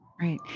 Right